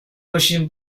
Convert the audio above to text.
باشیم